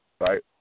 right